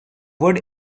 would